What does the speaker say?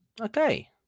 Okay